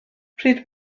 pryd